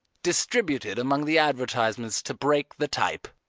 distributed among the advertisements to break the type.